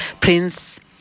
Prince